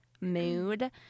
mood